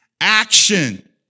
action